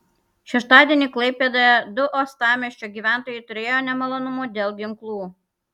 šeštadienį klaipėdoje du uostamiesčio gyventojai turėjo nemalonumų dėl ginklų